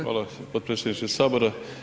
Hvala potpredsjedniče Sabora.